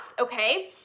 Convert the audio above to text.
okay